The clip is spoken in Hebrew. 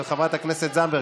של חברת הכנסת זנדברג,